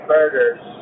Burgers